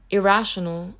Irrational